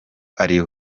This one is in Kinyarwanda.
ari